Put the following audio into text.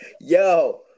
Yo